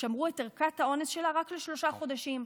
שמרו את ערכת האונס שלה רק לשלושה חודשים,